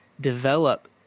develop